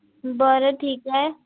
बर ठीक हाय